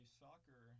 soccer